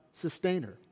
Sustainer